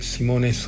Simone